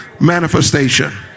manifestation